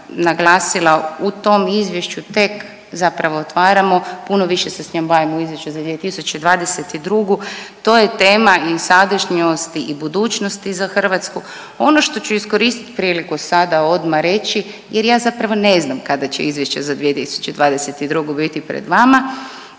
naglasila. U tom izvješću tek zapravo otvaramo, puno više se s njom bavimo u Izvješću za 2022. To je tema iz sadašnjosti i budućnosti za Hrvatsku. Ono što ću iskoristiti priliku sada odmah reći jer ja zapravo ne znam kada će izvješće za 2022. biti pred vama,